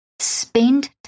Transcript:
spend